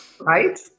right